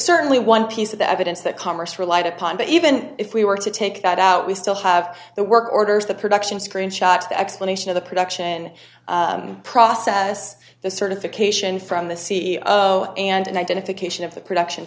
certainly one piece of the evidence that congress relied upon but even if we were to take that out we still have the work orders the production screenshots the explanation of the production process the certification from the c e o and identification of the production